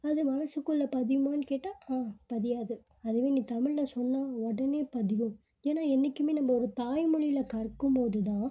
அது மனதுக்குள்ள பதியுமான்னு கேட்டால் ஆ பதியாது அதுவே நீ தமிழில் சொன்னால் உடனே பதியும் ஏன்னால் என்றைக்குமே நம்ம ஒரு தாய்மொழியில் கற்கும்போது தான்